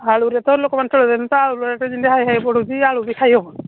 ଆଳୁରେ ତ ଲୋକମାନେ ଚଳିବେନି ତ ଆଳୁ ରେଟ୍ ଯେମିତି ହାଇ ହାଇ ହୋଇ ବଢ଼ୁଛି ଆଳୁ ବି ଖାଇ ହେବନି